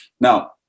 Now